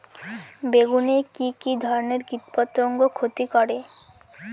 বেগুনে কি কী ধরনের কীটপতঙ্গ ক্ষতি করে?